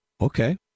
Okay